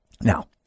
Now